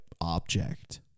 object